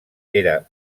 era